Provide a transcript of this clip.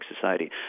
society